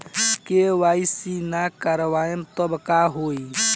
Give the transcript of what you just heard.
KYC ना करवाएम तब का होई?